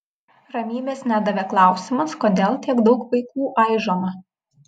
ramybės nedavė klausimas kodėl tiek daug vaikų aižoma